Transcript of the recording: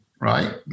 Right